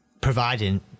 Providing